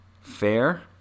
Fair